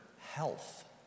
health